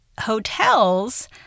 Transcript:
hotels